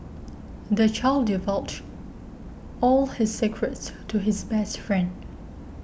the child divulged all his secrets to his best friend